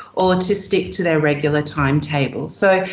or to stick to their regular time table. so,